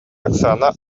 оксана